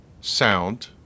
sound